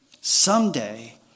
Someday